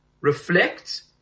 reflect